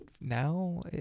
now